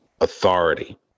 authority